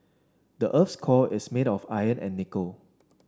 the earth's core is made of iron and nickel